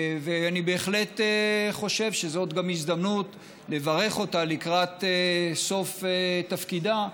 אני בהחלט חושב שזאת גם הזדמנות לברך אותה לקראת סוף תפקידה.